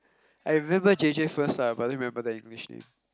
I remember J_J first lah but I only remember the English name